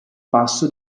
passo